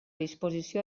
disposició